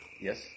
Yes